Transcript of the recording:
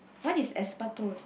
what is asbestos